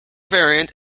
variant